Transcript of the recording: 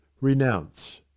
RENOUNCE